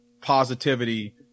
positivity